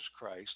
Christ